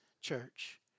church